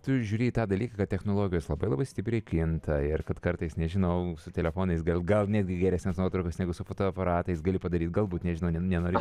tu žiūri į tą dalyką kad technologijos labai labai stipriai kinta ir kad kartais nežinau su telefonais gal gal netgi geresnes nuotraukas negu su fotoaparatais gali padaryti galbūt nežinau nenoriu